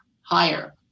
Higher